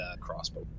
crossbow